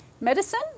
medicine